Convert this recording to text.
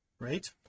right